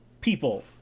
people